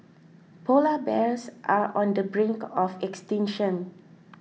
Polar Bears are on the brink of extinction